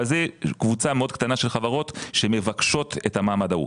אבל זו קבוצה מאוד קטנה של חברות שמבקשות את המעמד ההוא.